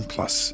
Plus